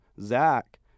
zach